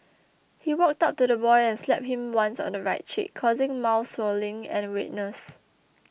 he walked up to the boy and slapped him once on the right cheek causing mild swelling and redness